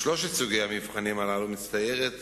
בשלושת סוגי המבחנים הללו מצטיירת